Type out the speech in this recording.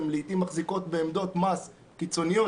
הם לעיתים מחזיקות בעמדות מס קיצוניות,